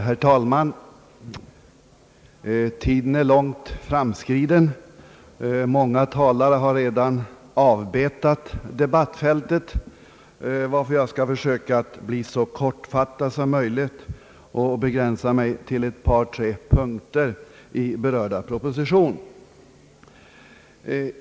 Herr talman! Tiden är långt framskriden. Många talare har redan avbetat debattfältet, och jag skall därför försöka bli så kortfattad som möjligt och begränsa mig till ett par tre punkter i berörda proposition.